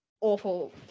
awful